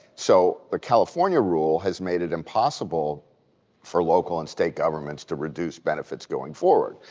so the california rule has made it impossible for local and state governments to reduce benefits going forward.